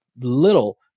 little